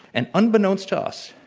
and unbeknownst to us,